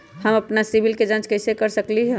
हम अपन सिबिल के जाँच कइसे कर सकली ह?